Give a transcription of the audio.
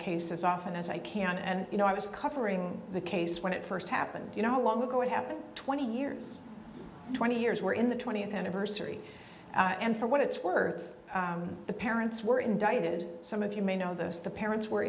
case as often as i can and you know i was covering the case when it first happened you know how long ago it happened twenty years twenty years where in the twentieth anniversary and for what it's worth the parents were indicted some of you may know those the parents were